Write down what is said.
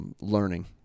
learning